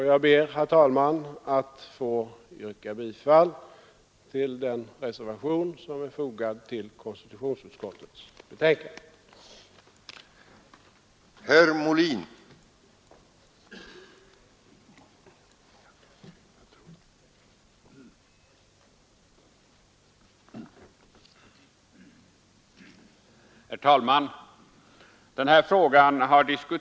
Jag ber, herr talman, att få yrka bifall till den reservation som är fogad till konstitutionsutskottets betänkande.